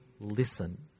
listen